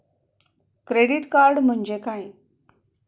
Credit card म्हणजे काय?